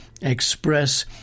express